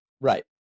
Right